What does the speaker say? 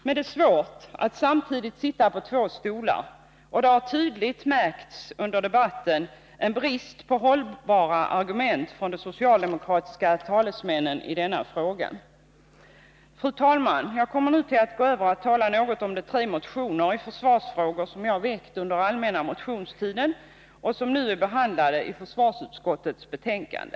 Men det är svårt att samtidigt sitta på två stolar, och det har under debatten tydligt märkts en stor brist på hållbara argument från de socialdemokratiska talesmännen i denna fråga. Fru talman! Jag kommer nu att gå över till att tala något om de tre motioner i försvarsfrågor som jag väckt under allmänna motionstiden och som nu är behandlade i försvarsutskottets betänkande.